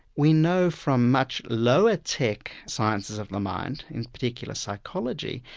we know from much lower tech sciences of the mind, in particular psychology,